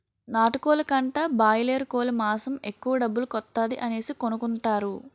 నాటుకోలు కంటా బాయలేరుకోలు మాసం తక్కువ డబ్బుల కొత్తాది అనేసి కొనుకుంటారు